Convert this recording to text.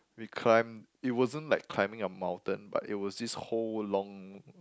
we climb it wasn't like climbing a mountain but it was this whole long